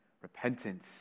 Repentance